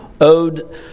owed